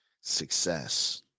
success